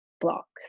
blocks